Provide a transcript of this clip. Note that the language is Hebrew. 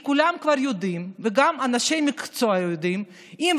כי כל מי שהסתובב בשלושת הימים